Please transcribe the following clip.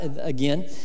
again